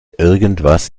irgendwas